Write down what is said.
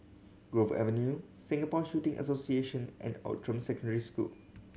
Grove Avenue Singapore Shooting Association and Outram Secondary School